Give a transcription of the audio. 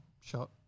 Shot